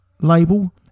label